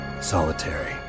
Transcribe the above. Solitary